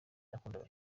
nakundaga